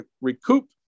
recoup